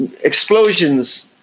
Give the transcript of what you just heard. explosions